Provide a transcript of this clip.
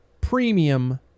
premium